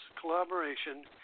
collaboration